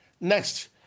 Next